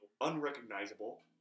unrecognizable